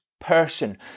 person